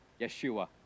Yeshua